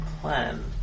plan